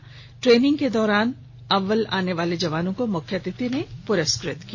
इस दौरान ट्रेनिंग के दौरान अव्वल आने वाले जवानों को मुख्य अतिथि ने पुरस्कृत भी किया